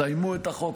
סיימו את החוק,